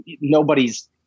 Nobody's